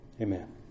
Amen